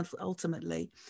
ultimately